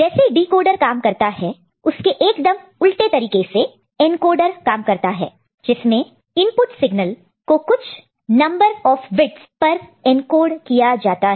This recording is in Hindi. जैसे डिकोडर काम करता है उसके एकदम उल्टे रिवरस reverse तरीके से एनकोडर काम करता है जिसमें इनपुट सिग्नल को कुछ नंबर ऑफ बिट्स पर एनकोड किया जाता है